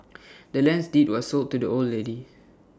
the land's deed was sold to the old lady